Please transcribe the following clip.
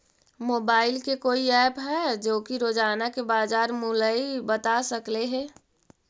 Mobile के कोइ app है जो कि रोजाना के बाजार मुलय बता सकले हे?